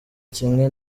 kimwe